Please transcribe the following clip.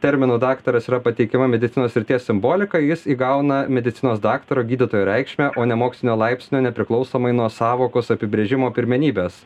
terminu daktaras yra pateikiama medicinos srities simbolika jis įgauna medicinos daktaro gydytojo reikšmę o ne mokslinio laipsnio nepriklausomai nuo sąvokos apibrėžimo pirmenybės